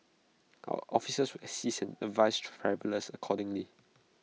our officers will assist and advise travellers accordingly